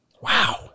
Wow